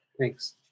Thanks